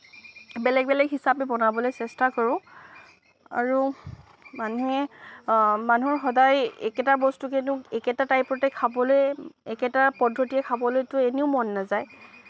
বেলেগ বেলেগ হিচাপে বনাবলৈ চেষ্টা কৰোঁ আৰু মানুহে মানুহ সদায় একেটা বস্তুকেটো একেটা টাইপতে খাবলৈ একেটা পদ্ধতিৰে খাবলৈটো এনেও মন নাযায়